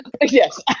yes